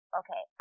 okay